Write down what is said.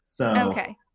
Okay